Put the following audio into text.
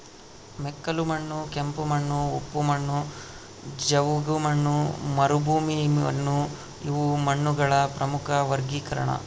ಮೆಕ್ಕಲುಮಣ್ಣು ಕೆಂಪುಮಣ್ಣು ಉಪ್ಪು ಮಣ್ಣು ಜವುಗುಮಣ್ಣು ಮರುಭೂಮಿಮಣ್ಣುಇವು ಮಣ್ಣುಗಳ ಪ್ರಮುಖ ವರ್ಗೀಕರಣ